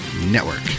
Network